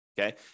okay